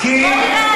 בוא נראה.